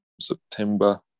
September